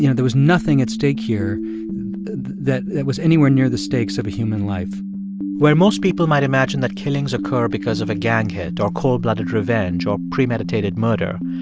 you know there was nothing at stake here that was anywhere near the stakes of a human life where most people might imagine that killings occur because of a gang hit or cold-blooded revenge or premeditated murder,